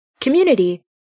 community